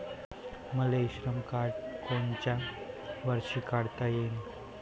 मले e Shram card कोनच्या वर्षी काढता येईन?